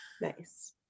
nice